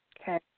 Okay